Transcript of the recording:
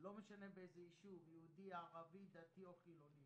לא משנה באיזה ישוב יהודי, ערבי, דתי או חילוני.